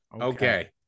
Okay